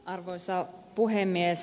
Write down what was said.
arvoisa puhemies